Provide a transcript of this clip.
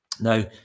now